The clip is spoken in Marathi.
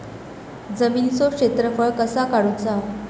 जमिनीचो क्षेत्रफळ कसा काढुचा?